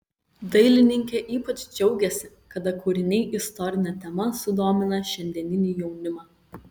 dailininkė ypač džiaugiasi kada kūriniai istorine tema sudomina šiandieninį jaunimą